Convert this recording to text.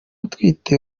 utwite